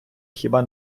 хіба